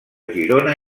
girona